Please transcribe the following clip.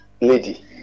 lady